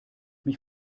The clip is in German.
mich